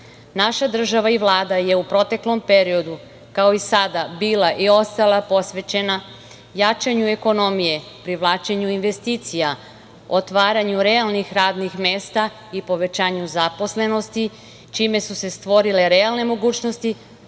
Naša država i Vlada je u proteklom periodu, kao i sada bila i ostala posvećena jačanju ekonomije, privlačenju investicija, otvaranju realnih radnih mesta i povećanju zaposlenosti, čime su se stvorile realne mogućnosti